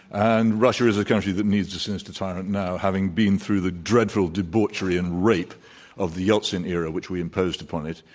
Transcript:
and russia is a country that needs a sinister tyrant now, having been through the dreadful debauchery and rape of the yeltsin era, which we imposed upon it.